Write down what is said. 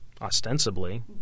ostensibly